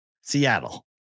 Seattle